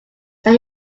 then